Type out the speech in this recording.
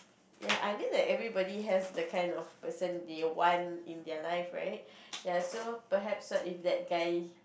ya I mean like everybody have the kind of person they want in their life right ya so perhaps if that guy